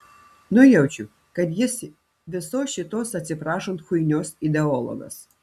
nujaučiu kad jis visos šitos atsiprašant chuinios ideologas